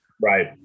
right